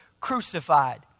crucified